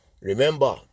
remember